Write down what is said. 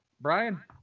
brian